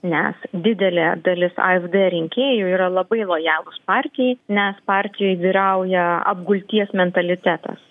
nes didelė dalis afd rinkėjų yra labai lojalūs partijai nes partijoj vyrauja apgulties mentalitetas